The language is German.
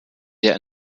der